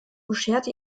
bescherte